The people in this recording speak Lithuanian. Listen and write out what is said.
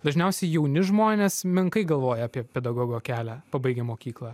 dažniausiai jauni žmonės menkai galvoja apie pedagogo kelią pabaigę mokyklą